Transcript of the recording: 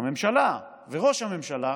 הממשלה וראש הממשלה